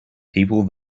people